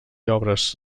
obres